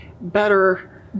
better